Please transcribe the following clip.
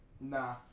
Nah